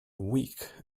week